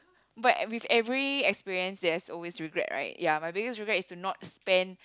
but with every experience there's always regret right ya my biggest regret is to not spend